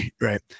Right